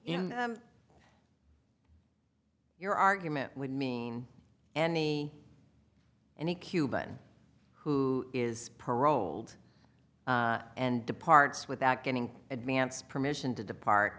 in your argument would mean any any cuban who is paroled and departs without getting advance permission to depart